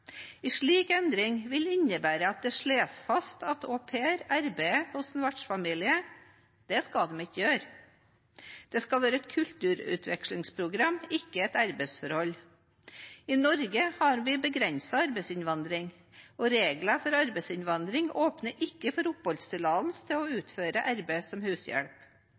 slik endring vil innebære at det slås fast at au pairer arbeider hos sin vertsfamilie – det skal de ikke gjøre. Det skal være et kulturutvekslingsprogram, ikke et arbeidsforhold. I Norge har vi begrenset arbeidsinnvandring, og reglene for arbeidsinnvandring åpner ikke for å gi oppholdstillatelse til å utføre arbeid som hushjelp.